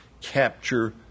capture